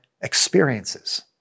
experiences